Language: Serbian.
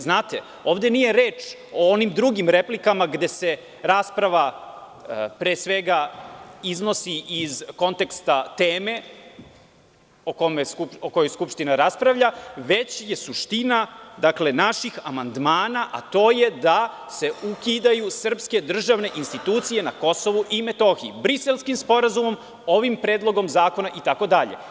Znate, ovde nije reč o onim drugim replikama gde se rasprava pre svega iznosi iz konteksta teme o kojoj Skupština raspravlja već je suština naših amandmana, a to je da se ukidaju srpske državne institucije na Kosovu i Metohiji Briselskim sporazumom, ovim predlogom zakona itd.